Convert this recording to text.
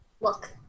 look